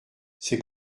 c’est